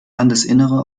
landesinnere